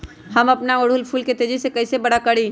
हम अपना ओरहूल फूल के तेजी से कई से बड़ा करी?